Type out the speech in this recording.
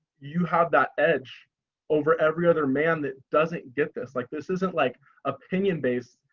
you have that edge over every other man that doesn't get this like this isn't like opinion based.